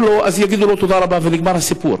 אם לא, יגידו לו תודה רבה ונגמר הסיפור.